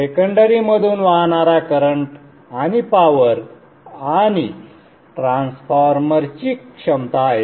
secondary मधून वाहणारा current आणि पॉवर आणि ट्रान्सफॉर्मरची क्षमता आहे